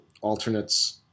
alternates